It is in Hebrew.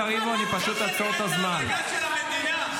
תגיד מילה טובה.